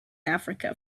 africa